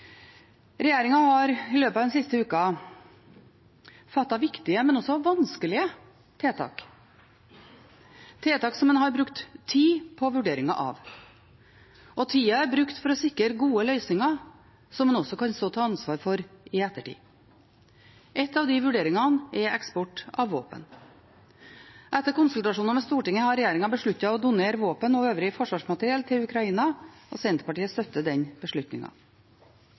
har i løpet av den siste uka fattet viktige, men også vanskelige tiltak – tiltak som en har brukt tid på vurderingen av. Tida er brukt for å sikre gode løsninger som man også kan stå til ansvar for i ettertid. En av de vurderingene gjelder eksport av våpen. Etter konsultasjoner med Stortinget har regjeringen besluttet å donere våpen og øvrig forsvarsmateriell til Ukraina. Senterpartiet støtter den